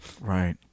right